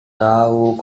tahu